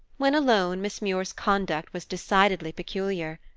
when alone miss muir's conduct was decidedly peculiar.